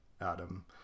Adam